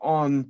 on